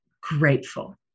grateful